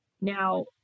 Now